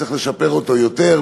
צריך לשפר אותו יותר,